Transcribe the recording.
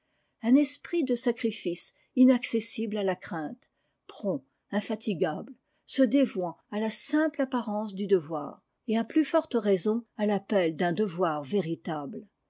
un esprit de sacrifice inaccessible à la crainte prompt infatigable se dévouant à la simple apparence du devoir à plus forte raison à l'appel d'un devoir véritable